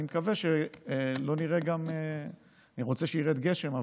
אני רוצה שירד גשם,